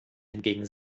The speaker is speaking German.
hingegen